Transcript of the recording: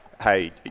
hey